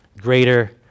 greater